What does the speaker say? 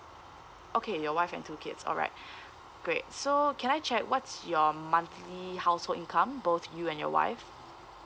okay your wife and two kids alright great so can I check what's your monthly household income both you and your wife